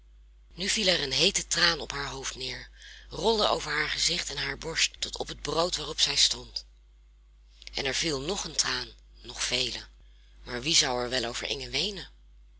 nu viel er een heete traan op haar hoofd neer rolde over haar gezicht en hare borst tot op het brood waarop zij stond en er viel nog een traan nog vele maar wie zou er wel over inge weenen